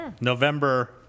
November